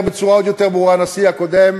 בצורה עוד יותר ברורה הנשיא הקודם,